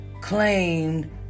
claimed